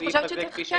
אני חושבת, כן,